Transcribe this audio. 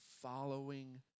following